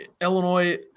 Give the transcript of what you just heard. Illinois